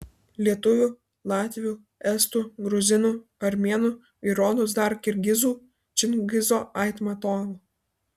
lietuvių latvių estų gruzinų armėnų ir rodos dar kirgizų čingizo aitmatovo